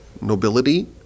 nobility